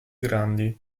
grandi